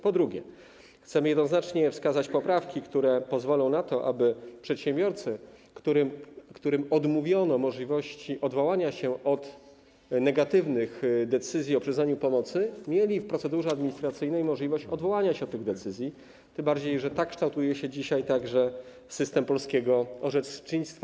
Po drugie, chcemy jednoznacznie wskazać poprawki, które pozwolą na to, aby przedsiębiorcy, którym odmówiono możliwości odwołania się od negatywnych decyzji o przyznaniu pomocy, mieli w procedurze administracyjnej możliwość odwołania się od tych decyzji, tym bardziej że tak kształtuje się dzisiaj także system polskiego orzecznictwa.